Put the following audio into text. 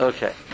Okay